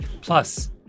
Plus